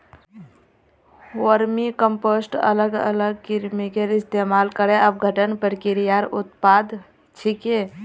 vermicompost अलग अलग कृमिर इस्तमाल करे अपघटन प्रक्रियार उत्पाद छिके